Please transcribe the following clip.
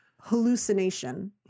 hallucination